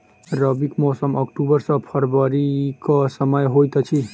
रबीक मौसम अक्टूबर सँ फरबरी क समय होइत अछि